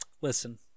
listen